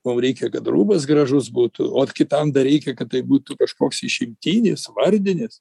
mum reikia kad rūbas gražus būtų ot kitam dar reikia kad tai būtų kažkoks išimtinis vardinis